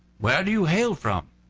where do you hail from?